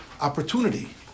opportunity